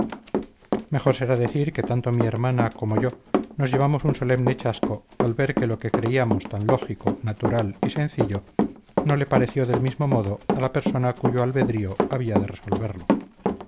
mejor será decir que tanto mi hermana como yo nos llevamos un solemne chasco al ver que lo que creíamos tan lógico natural y sencillo no le pareció del mismo modo a la persona cuyo albedrío había de resolverlo